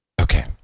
Okay